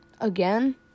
Again